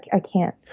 i can't.